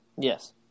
Yes